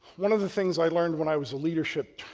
one of the things i learned when i was a leadership,